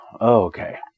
okay